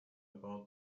about